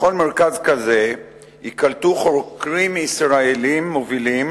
בכל מרכז כזה ייקלטו חוקרים ישראלים מובילים